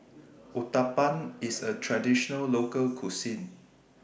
Uthapam IS A Traditional Local Cuisine